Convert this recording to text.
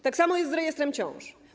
Tak samo jest z rejestrem ciąż.